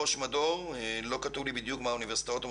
אני ראש מדור למעורבות חברתית באוניברסיטת תל אביב.